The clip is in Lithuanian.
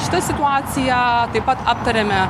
šitą situaciją taip pat aptarėme